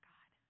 God